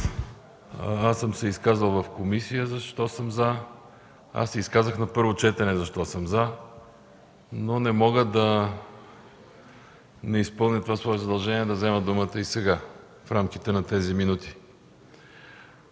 съм се в комисията защо съм „за”, изказах се на първо четене защо съм „за”, но не мога да не изпълня това свое задължение да взема думата и сега – в рамките на тези минути.